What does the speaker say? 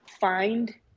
find